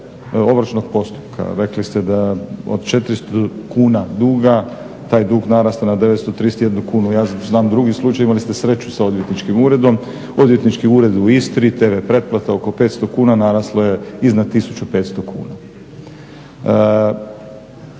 ovršnog postupka. Rekli ste da od 400 kuna duga taj dug narasta na 931 kunu. Ja znam drugi slučaj. Imali ste sreću sa odvjetničkim uredom. Odvjetnički ured u Istri, tv pretplata oko 500 kuna naraslo je iznad 1500 kuna.